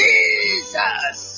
Jesus